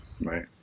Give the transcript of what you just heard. Right